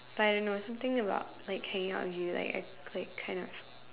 I don't know something about like hanging out with you like I kind of